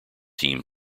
team